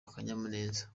akanyamuneza